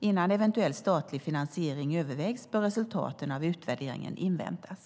Innan eventuell statlig finansiering övervägs bör resultaten av utvärderingen inväntas.